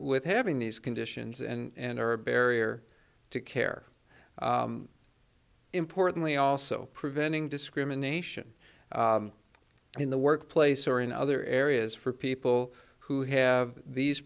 with having these conditions and her barrier to care importantly also preventing discrimination in the workplace or in other areas for people who have these